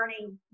learning